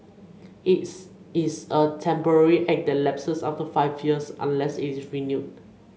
its it is a temporary act that lapses after five years unless it is renewed